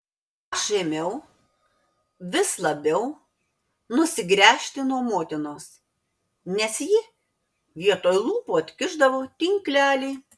aš ėmiau vis labiau nusigręžti nuo motinos nes ji vietoj lūpų atkišdavo tinklelį